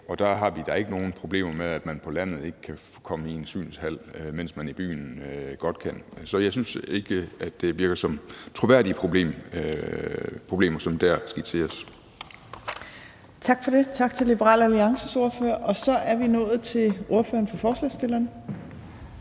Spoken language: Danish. og der har vi da ikke nogen problemer med, at man på landet ikke kan komme i en synshal, mens man i byen godt kan. Så jeg synes ikke, at det virker som troværdige problemer, som dér skitseres. Kl. 18:13 Tredje næstformand (Trine Torp): Tak for det. Tak til Liberal Alliances ordfører. Og så er vi nået til ordføreren for forslagsstillerne.